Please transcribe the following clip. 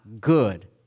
good